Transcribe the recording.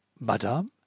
Madame